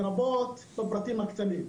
לרבות בפרטים הקטנים.